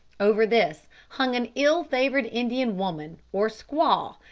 over this hung an ill-favoured indian woman, or squaw,